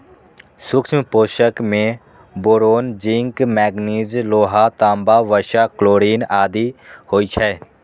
सूक्ष्म पोषक मे बोरोन, जिंक, मैगनीज, लोहा, तांबा, वसा, क्लोरिन आदि होइ छै